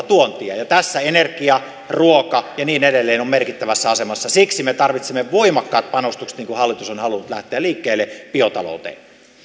tuontia ja tässä energia ruoka ja niin edelleen ovat merkittävässä asemassa siksi me tarvitsemme voimakkaat panostukset niin kuin hallitus on halunnut lähteä liikkeelle biotalouteen